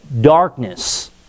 darkness